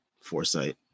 foresight